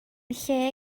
lle